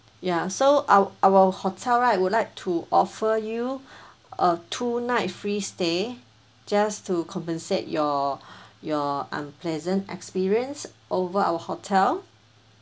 ya so our our hotel right would like to offer you a two night free stay just to compensate your your unpleasant experience over our hotel